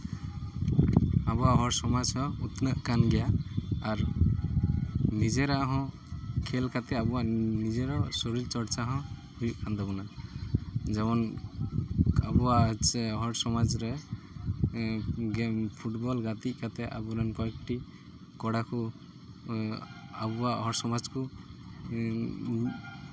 ᱟᱵᱚᱣᱟᱜ ᱦᱚᱲ ᱥᱚᱢᱟᱡᱽ ᱦᱚᱸ ᱩᱛᱱᱟᱹᱜ ᱠᱟᱱ ᱜᱮᱭᱟ ᱟᱨ ᱱᱤᱡᱮᱨᱟᱜ ᱦᱚᱸ ᱠᱷᱮᱞ ᱠᱟᱛᱮᱫ ᱟᱵᱚᱣᱟᱜ ᱱᱤᱡᱮᱨᱟᱜ ᱥᱚᱨᱤᱨ ᱪᱚᱨᱪᱟ ᱦᱚᱸ ᱦᱩᱭᱩᱜ ᱠᱟᱱ ᱛᱟᱵᱳᱱᱟ ᱡᱮᱢᱚᱱ ᱟᱵᱚᱣᱟᱜ ᱤᱪᱪᱷᱟᱹ ᱦᱚᱲ ᱥᱚᱢᱟᱡᱽ ᱨᱮ ᱜᱮᱢ ᱯᱷᱩᱴᱵᱚᱞ ᱜᱟᱛᱮ ᱠᱟᱛᱮᱫ ᱟᱵᱚᱨᱮᱱ ᱠᱚᱭᱮᱠᱴᱤ ᱠᱳᱲᱟ ᱠᱚ ᱟᱵᱚᱣᱟᱜ ᱦᱚᱲ ᱥᱚᱢᱟᱡᱽ ᱠᱚ